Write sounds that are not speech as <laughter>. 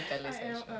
<laughs>